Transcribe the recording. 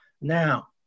Now